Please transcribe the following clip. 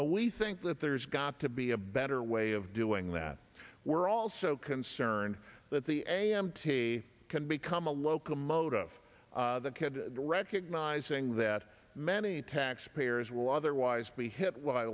we think that there's got to be a better way of doing that we're also concerned that the a m t can become a locomotive of the kid recognizing that many taxpayers will otherwise be hi